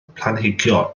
planhigion